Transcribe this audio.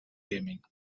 gaming